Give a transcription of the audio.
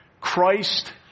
Christ